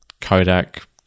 Kodak